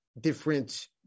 different